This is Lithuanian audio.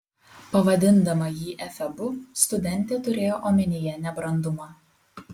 pavadindama jį efebu studentė turėjo omenyje nebrandumą